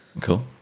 cool